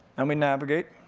and we navigate.